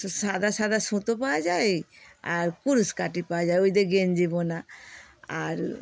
সাদা সাদা সুতো পাওয়া যায় আর কুরুশ কাঠি পাওয়া যায় ওইতে গেঞ্জি বোনা আর